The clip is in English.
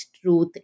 truth